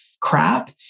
crap